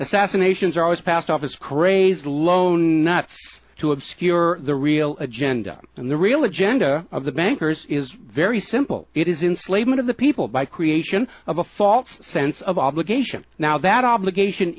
assassinations are always passed off as crazed lone nuts to obscure the real agenda and the real agenda of the bankers is very simple it is installation of the people by creation of a false sense of obligation now that obligation